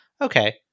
okay